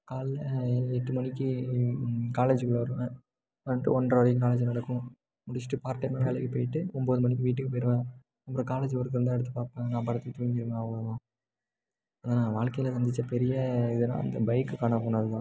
காலைல ஏழு எட்டு மணிக்கு காலேஜுக்குள்ள வருவேன் வந்துட்டு ஒன்றரை வரைக்கும் காலேஜு நடக்கும் முடிச்சிட்டு பார்ட் டைம்ல வேலைக்கு போய்ட்டு ஒம்பது மணிக்கு வீட்டுக்கு போயிடுவேன் அப்புறம் காலேஜ் ஒர்க் இருந்தால் எடுத்து பார்ப்பேன் இல்லைனா படுத்து தூங்கிடுவேன் அவ்ளோ தான் நான் வாழ்க்கையில சந்தித்த பெரிய இதுன்னால் இந்த பைக்கு காணாம போனது தான்